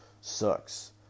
sucks